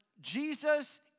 Jesus